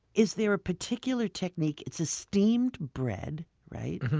is there a particular technique? it's a steamed bread, right?